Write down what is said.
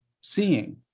seeing